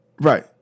Right